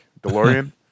DeLorean